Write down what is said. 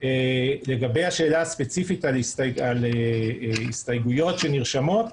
לגבי השאלה הספציפית על הסתייגויות שנרשמות,